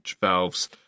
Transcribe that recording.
valves